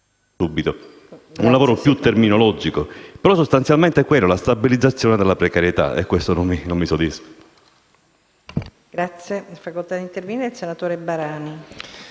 un lavoro terminologico; sostanzialmente è la stabilizzazione della precarietà, e questo non mi soddisfa.